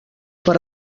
per